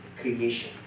creation